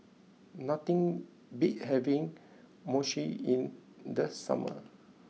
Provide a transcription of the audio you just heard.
nothing beats having Mochi in the summer